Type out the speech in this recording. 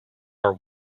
are